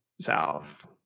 south